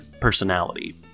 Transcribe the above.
Personality